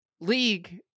league